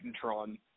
Tron